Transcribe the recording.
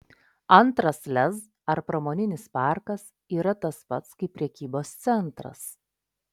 antras lez ar pramoninis parkas yra tas pats kaip prekybos centras